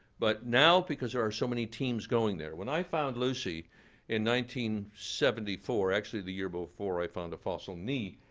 but now because there are so many teams going there. when i found lucy in seventy four, actually the year before i found a fossil knee,